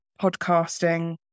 podcasting